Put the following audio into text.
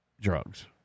drugs